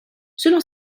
selon